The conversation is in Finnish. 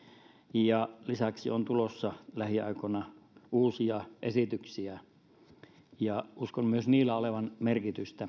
ja lisäksi on tulossa lähiaikoina uusia esityksiä uskon myös niillä olevan merkitystä